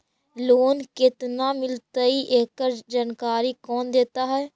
Loan केत्ना मिलतई एकड़ जानकारी कौन देता है?